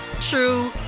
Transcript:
true